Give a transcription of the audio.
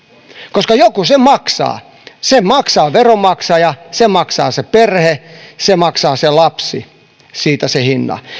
koska joku sen maksaa sen hinnan siitä maksaa veronmaksaja sen maksaa se perhe sen maksaa se lapsi